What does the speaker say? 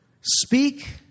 Speak